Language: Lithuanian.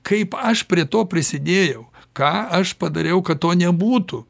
kaip aš prie to prisidėjau ką aš padariau kad to nebūtų